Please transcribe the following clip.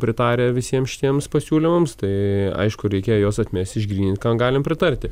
pritarę visiems šitiems pasiūlymams tai aišku reikėjo juos atmest išgrynint ką galim pritarti